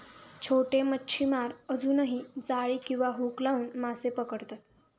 छोटे मच्छीमार अजूनही जाळी किंवा हुक लावून मासे पकडतात